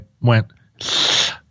went